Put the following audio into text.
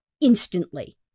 instantly